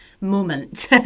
moment